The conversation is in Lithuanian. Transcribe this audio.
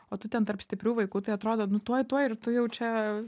o tu ten tarp stiprių vaikų tai atrodo nu tuoj tuoj ir tu jau čia